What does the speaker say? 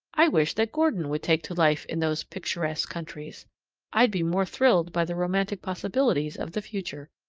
i wish that gordon would take to life in those picturesque countries i'd be more thrilled by the romantic possibilities of the future.